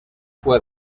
fue